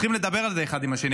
צריכים לדבר על זה אחד עם השני.